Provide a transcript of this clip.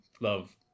love